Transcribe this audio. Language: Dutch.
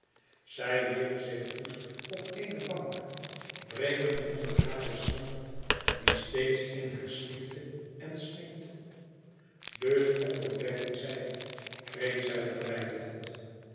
zij wierp zich woest op eene bank brekend onder hare smart die steeds in haar snikte en snikte dus omdat bertie zei kreet zij verwijtend